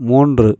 மூன்று